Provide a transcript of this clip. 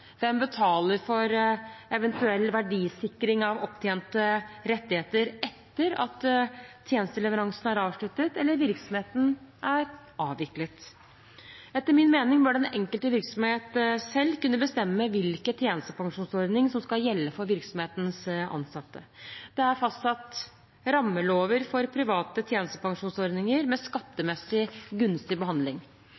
Hvem betaler for eventuell verdisikring av opptjente rettigheter etter at tjenesteleveransen er avsluttet, eller virksomheten er avviklet? Etter min mening bør den enkelte virksomhet selv kunne bestemme hvilken tjenestepensjonsordning som skal gjelde for virksomhetens ansatte. Det er fastsatt rammelover for private tjenestepensjonsordninger med